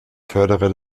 förderer